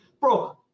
bro